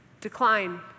Decline